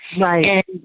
Right